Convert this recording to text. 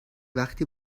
وقتی